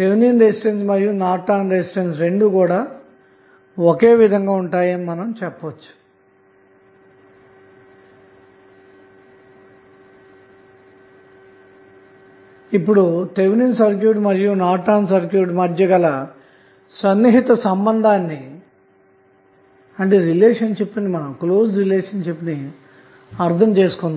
Thevenin resistance మరియు Norton resistance రెండూ ఒకే విధంగా ఉంటాయి అని చెప్పవచ్చు ఇప్పుడు థెవెనిన్ సర్క్యూట్ మరియు నార్టన్ సర్క్యూట్ మధ్య సన్నిహిత సంబంధాన్ని అర్థం చేసుకుందాం